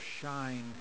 shine